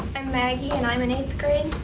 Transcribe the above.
and maggie, and i'm in eighth grade.